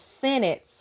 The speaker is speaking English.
sentence